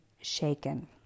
shaken